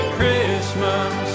Christmas